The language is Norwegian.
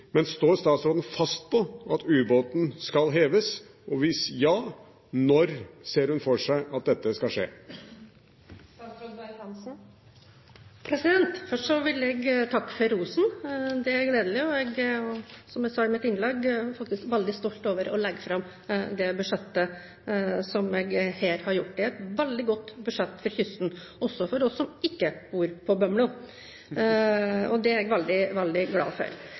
men står statsråden fast på at ubåten skal heves? Hvis ja – når ser hun for seg at dette skal skje? Først vil jeg takke for rosen. Det er gledelig, og som jeg sa i mitt innlegg, jeg er faktisk veldig stolt over å legge fram det budsjettet som jeg her har lagt fram. Det er et veldig godt budsjett for kysten, også for oss som ikke bor på Bømlo! Det er jeg veldig, veldig glad for.